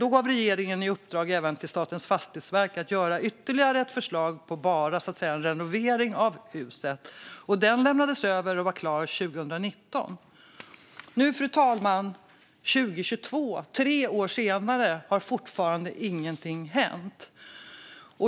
Då gav regeringen även i uppdrag till Statens fastighetsverk att komma med ytterligare ett förslag på bara en renovering av huset. Det lämnades över och var klart 2019. Nu, fru talman, 2022 - tre år senare - har fortfarande ingenting hänt.